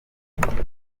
umuyobozi